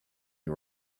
you